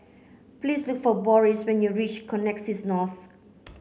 please look for Boris when you reach Connexis North